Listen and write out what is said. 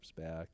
back